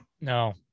No